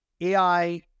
AI